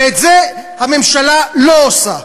ואת זה הממשלה לא עושה.